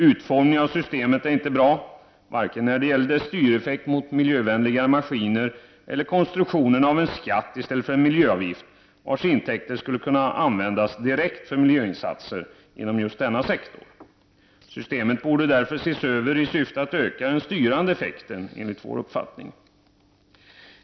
Utformningen av systemet är inte bra, vare sig när det gäller dess styreffekt mot miljövänligare maskiner eller konstruktionen av en skatt i stället för en miljöavgift, vars intäkter skulle kunna användas direkt för miljöinsatser inom denna sektor. Systemet borde därför ses över i syfte att öka den styrande effekten, enligt vår uppfattning.